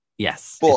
Yes